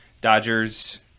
Dodgers